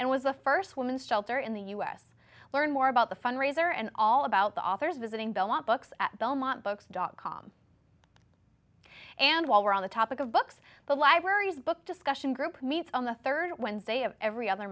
and was the st women's shelter in the u s learn more about the fundraiser and all about the authors visiting belmont books at belmont books dot com and while we're on the topic of books the libraries book discussion group meets on the rd wednesday of every other